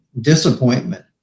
disappointment